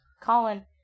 Colin